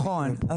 נכון,